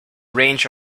range